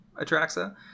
Atraxa